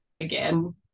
again